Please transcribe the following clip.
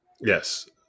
Yes